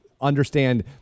understand